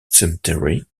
cemetery